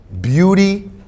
beauty